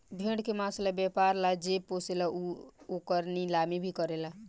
भेड़ के मांस ला व्यापर ला जे पोसेला उ एकर नीलामी भी करेला